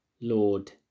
Lord